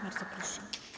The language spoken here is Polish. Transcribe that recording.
Bardzo proszę.